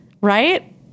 Right